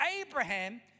Abraham